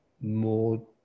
more